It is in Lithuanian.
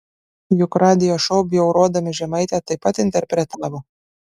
juk radijo šou bjaurodami žemaitę taip pat interpretavo